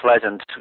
pleasant